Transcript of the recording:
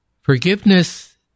Forgiveness